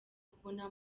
kubona